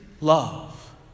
love